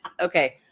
Okay